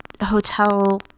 hotel